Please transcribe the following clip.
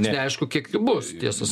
neaišku kiek jų bus tiesą